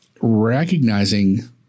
recognizing